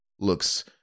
looks